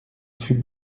fut